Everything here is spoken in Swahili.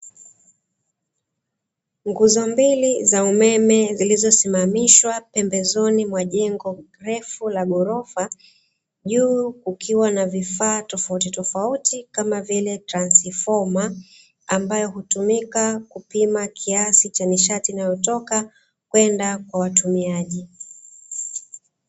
Nguzo mbili za umeme zilizosimamishwa pembezoni mwa jengo refu la ghorofa, juu ukiwa na vifaa tofauti tofauti kama vile transifoma ambayo hutumika kupima kiasi cha nishati inayotoka kwenda kwa watumiaji.